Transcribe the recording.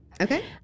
Okay